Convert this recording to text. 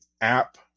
app